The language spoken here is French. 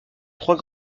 trois